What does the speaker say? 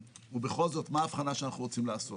ובכל זאת, מה ההבחנה שאנחנו רוצים לעשות?